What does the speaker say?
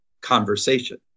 conversation